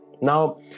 now